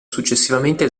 successivamente